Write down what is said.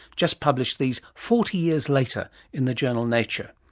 just published these forty years later in the journal nature.